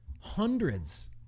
hundreds